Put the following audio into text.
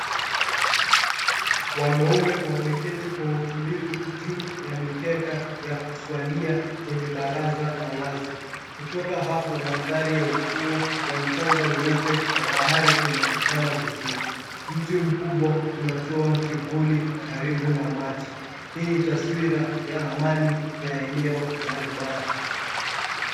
Wanaume wameketi kwa utulivu juu ya mikeka ya kuswalia kwenye baraza la wazi. Kutoka hapo mandhari ya ufuo wa mchanga mweupe na bahari inaonekana vizuri. Mti mkubwa unatoa kivuli karibu na maji. Hii taswira ya amani ya eneo la ibada.